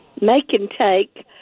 make-and-take